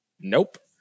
nope